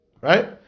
right